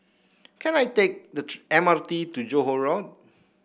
can I take the M R T to Johore Road